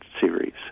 series